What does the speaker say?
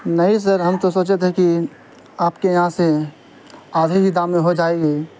نہیں سر ہم تو سوچے تھے کہ آپ کے یہاں سے آدھے بھی دام میں ہو جائے گی